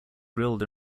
grilled